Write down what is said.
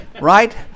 Right